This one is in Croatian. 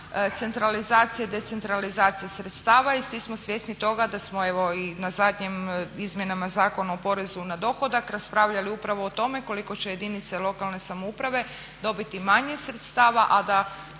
centralizacije i decentralizacije sredstava i svi smo svjesni toga da smo evo i na zadnjim izmjenama Zakona o porezu na dohodak raspravljali upravo o tome koliko će jedinice lokalne samouprave dobiti manje sredstava a da